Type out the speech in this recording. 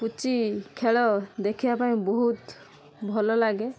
ପୁଚି ଖେଳ ଦେଖିବା ପାଇଁ ବହୁତ ଭଲ ଲାଗେ